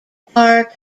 are